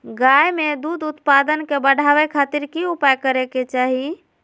गाय में दूध उत्पादन के बढ़ावे खातिर की उपाय करें कि चाही?